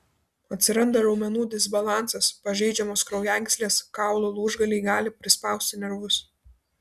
atsiranda raumenų disbalansas pažeidžiamos kraujagyslės kaulų lūžgaliai gali prispausti nervus